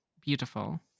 beautiful